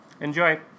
Enjoy